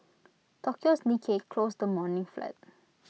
Tokyo's Nikki closed the morning flat